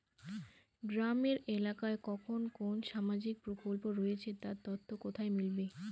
গ্রামের এলাকায় কখন কোন সামাজিক প্রকল্প রয়েছে তার তথ্য কোথায় মিলবে?